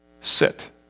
Sit